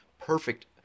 perfect